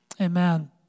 Amen